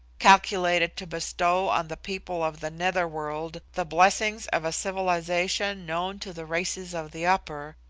calculated to bestow on the people of the nether world the blessings of a civilisation known to the races of the upper,